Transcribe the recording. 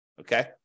Okay